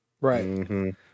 right